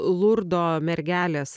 lurdo mergelės